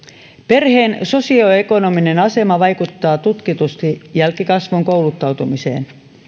perheen sosioekonominen asema vaikuttaa tutkitusti jälkikasvun kouluttautumiseen